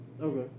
Okay